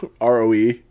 Roe